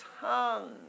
tongue